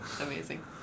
Amazing